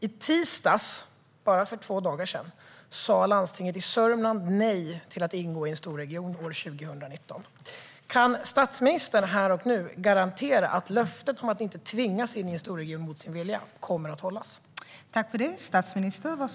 I tisdags, för två dagar sedan, sa Landstinget Sörmland nej till att ingå i en storregion år 2019. Kan statsministern här och nu garantera att löftet att man inte ska tvingas in i en storregion mot sin vilja kommer att hållas?